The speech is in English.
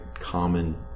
common